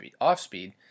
off-speed